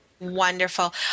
Wonderful